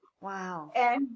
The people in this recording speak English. wow